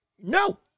No